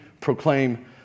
proclaim